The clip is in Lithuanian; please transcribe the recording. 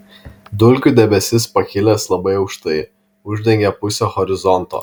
dulkių debesis pakilęs labai aukštai uždengia pusę horizonto